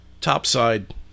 topside